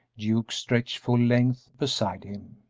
duke stretched full length beside him.